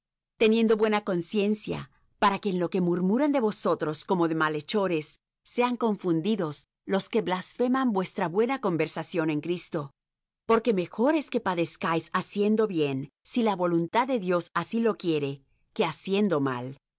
teniendo buena conciencia para que en lo que murmuran de vosotros como de malhechores sean confundidos los que blasfeman vuestra buena conversación en cristo porque mejor es que padezcáis haciendo bien si la voluntad de dios así lo quiere que haciendo mal